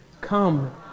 come